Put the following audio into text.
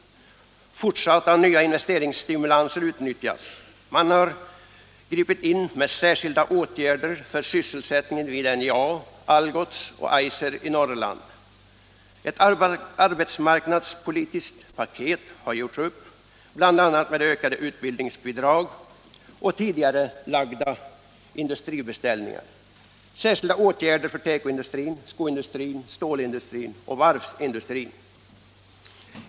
Fortsatta och nya investeringsstimulanser utnyttjas. Man har gripit in med särskilda åtgärder för sysselsättningen vid NJA, Algots och Eiser i Norrland. Ett arbetsmarknadspolitiskt paket har gjorts upp, bl.a. med ökade utbildningsbidrag och tidigarelagda industribeställningar, särskilda åtgärder för tekoindustrin, skoindustrin, stålindustrin och varvsindustrin.